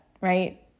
right